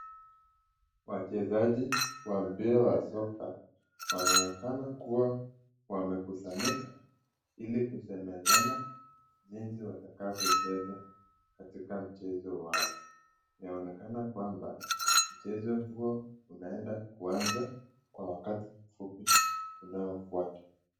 Wachezaji wa mpira wa soka wanaonekana kua wamekusanyika ili kusemezana jinsi watakavyo cheza katika mchezo wao. Inaonekana kwamba mchezo huo unaenda kuanza kwa wakati fupi unaofuata.